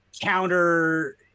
counter